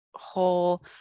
whole